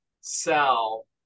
sell